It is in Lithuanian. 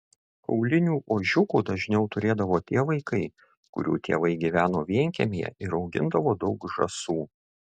kaulinių ožiukų dažniau turėdavo tie vaikai kurių tėvai gyveno vienkiemyje ir augindavo daug žąsų